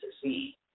succeed